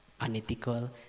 unethical